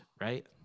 right